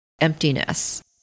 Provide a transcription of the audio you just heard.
emptiness